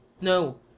No